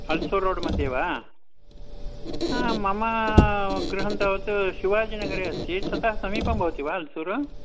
अल्सूर् रोड्मध्ये वा मम गृहं तावत् शिवाजीनगरे अस्ति ततः समीपं भवति वा अल्सूरु